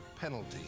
penalty